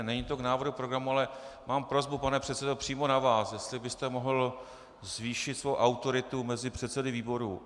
Není to k návrhu programu, ale mám prosbu, pane předsedo, přímo na vás, jestli byste mohl zvýšit svoji autoritu mezi předsedy výborů.